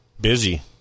Busy